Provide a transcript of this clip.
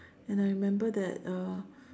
and I remember that uh